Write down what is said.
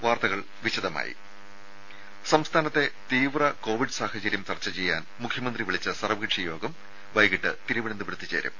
വാർത്തകൾ വിശദമായി സംസ്ഥാനത്തെ തീവ്ര കോവിഡ് സാഹചര്യം ചർച്ച ചെയ്യാൻ മുഖ്യമന്ത്രി വിളിച്ച സർവ്വകക്ഷി യോഗം വൈകിട്ട് തിരുവനന്തപുരത്ത് ചേരും